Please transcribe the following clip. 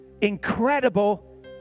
incredible